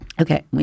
Okay